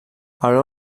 are